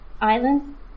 islands